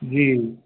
जी